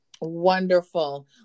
Wonderful